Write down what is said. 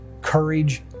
courage